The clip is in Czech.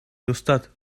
dostat